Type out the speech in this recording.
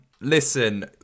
Listen